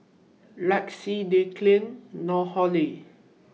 Lexie Declan Nohely